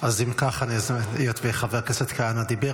היות שחבר הכנסת כהנא דיבר,